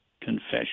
confession